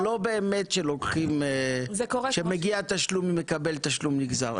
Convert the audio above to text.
לא באמת שמגיע התשלום למקבל תשלום נגזר,